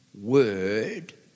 word